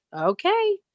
Okay